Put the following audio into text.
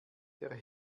der